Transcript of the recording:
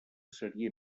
seria